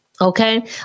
okay